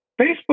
facebook